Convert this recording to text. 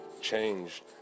changed